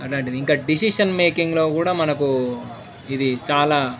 అలాంటిది ఇంకా డెసిషన్ మేకింగ్లో కూడా మనకు ఇది చాలా